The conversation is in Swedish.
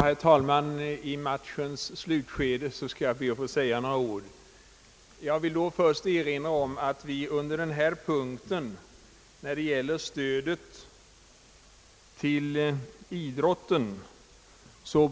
Herr talman! I »matchens slutskede» skall jag be att få säga några ord. Först vill jag då erinra om att vi under denna punkt om stödet till idrotten